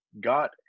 got